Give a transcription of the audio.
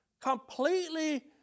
completely